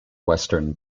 western